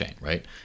right